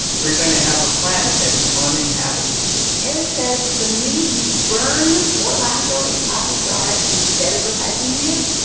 we're going to have a planet that is uninhabitable eric says the minute you burn or landfill a plastic jar instead of recycling it,